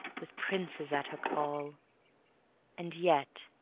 with princes at her call and yet,